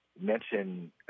mention